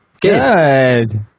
Good